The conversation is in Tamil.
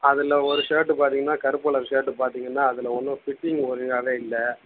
அதில் ஒரு ஷேர்ட்டு பார்த்தீங்கன்னா கருப்பு கலரு ஷேர்ட்டு பார்த்தீங்கன்னா அதில் ஒன்றும் ஃபிட்டிங் ஒழுங்காகவே இல்லை